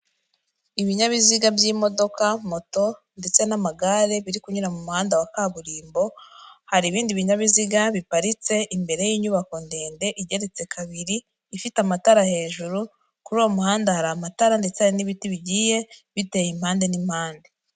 Ibinyabiziga by'imodoka moto ndetse n'amagare biri kunyura mu muhanda wa kaburimbo hari ibindi binyabiziga biparitse imbere y'inyubako ndende igeretse kabiri ifite amatara hejuru kuri uwo muhanda hari amatara ndetse n'ibiti bigiye bite impande n'impande.